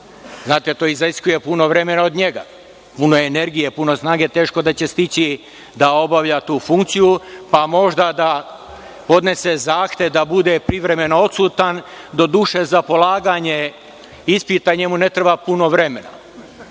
To iziskuje puno vremena od njega, puno energije, puno snage, teško da će stići da obavlja tu funkciju, pa možda da podnese zahtev da bude privremeno odsutan. Doduše, za polaganje ispita njemu ne treba puno vremena.